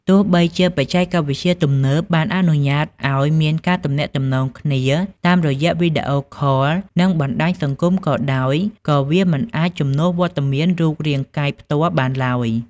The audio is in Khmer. ទោះបីជាបច្ចេកវិទ្យាទំនើបបានអនុញ្ញាតឲ្យមានការទំនាក់ទំនងគ្នាតាមរយៈវីដេអូខល និងបណ្ដាញសង្គមក៏ដោយ ក៏វាមិនអាចជំនួសវត្តមានរូបរាងកាយផ្ទាល់បានឡើយ។